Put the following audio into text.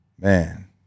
man